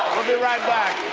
we'll be right back.